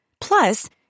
Plus